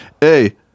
hey